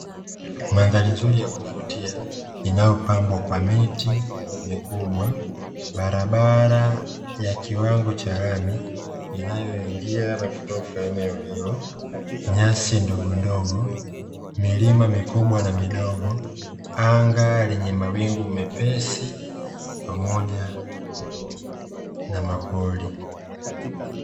Madhari nzuri ya kuvutia inayopambwa kwa miti mikubwa, barabara ya kiwango cha lami inayoingia na kutoka eneo hilo. Nyasi ndogondogo milima mikubwa na midogo, anga lenye mawingu mepesi pamoja na mapori.